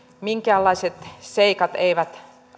minkäänlaiset seikat eivät